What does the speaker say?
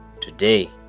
today